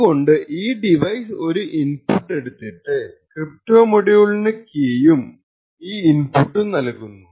അതുകൊണ്ട് ഈ ഡിവൈസ് ഒരു ഇൻപുട്ട് എടുത്തിട്ട് ക്രിപ്റ്റോ മൊഡ്യൂളിന് കീയും ഈ ഇൻപുട്ടും നൽകുന്നു